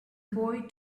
boy